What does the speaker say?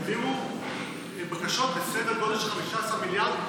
העבירו בקשות בסדר גודל של 15 מיליארד.